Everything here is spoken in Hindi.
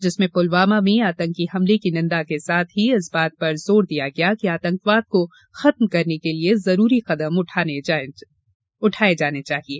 जिसमें पुलवामा में आतंकी हमले की निंदा के साथ ही इस बात पर जोर दिया गया कि आतंकवाद को खत्म करने के लिये जरूरी कदम उठाये जाने चाहिये